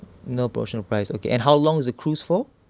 no promotion price okay and how long the cruise for